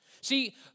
See